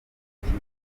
makipe